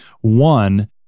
one